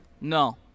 No